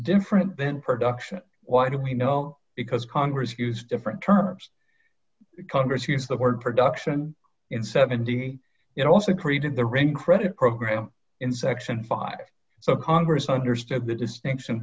different then production why do we know because congress use different terms congress use the word production in seventy it also created the ring credit program in section five so congress understood the distinction